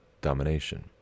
domination